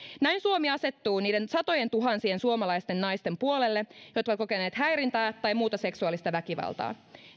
näin suomi asettuu niiden satojentuhansien suomalaisten naisten puolelle jotka ovat kokeneet häirintää tai muuta seksuaalista väkivaltaa